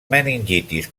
meningitis